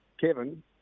Kevin